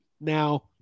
Now